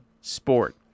sport